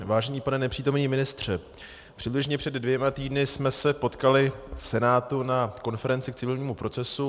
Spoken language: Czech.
Vážený pane nepřítomný ministře, přibližně před dvěma týdny jsme se potkali v Senátu na konferenci k civilnímu procesu.